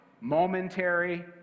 momentary